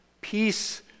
peace